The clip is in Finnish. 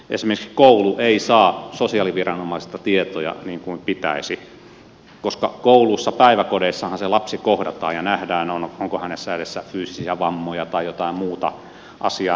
esimerkiksi koulu ei saa sosiaaliviranomaisista tietoja niin kuin pitäisi koska kouluissa päiväkodeissahan se lapsi kohdataan ja nähdään onko hänessä fyysisiä vammoja tai jotain muuta asiaa mihin pitäisi puuttua